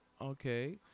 Okay